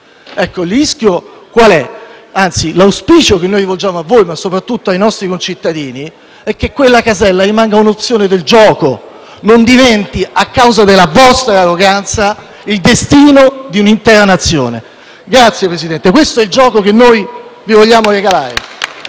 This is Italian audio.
L'auspicio che noi rivolgiamo a voi, ma soprattutto ai nostri concittadini, è che quella casella rimanga un'opzione del gioco e non diventi, a causa della vostra arroganza, il destino di un'intera Nazione. Questo è il gioco che vi vogliamo regalare,